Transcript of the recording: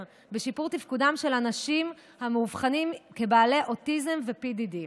לשיפור תפקודם של אנשים המאובחנים כבעלי אוטיזם ו-PDD.